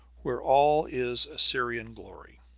where all is assyrian glory.